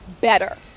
better